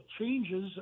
changes